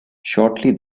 shortly